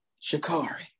Shikari